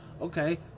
Okay